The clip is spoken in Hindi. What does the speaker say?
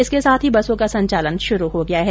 इसके साथ ही बसों का संचालन शुरू हो गया है